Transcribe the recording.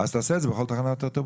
אז תעשה את זה גם בכל תחנת אוטובוס.